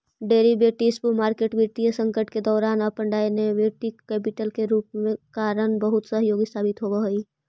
derivatives market वित्तीय संकट के दौरान अपन डायनेमिक कैपिटल रूप के कारण बहुत सहयोगी साबित होवऽ हइ